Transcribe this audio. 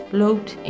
loopt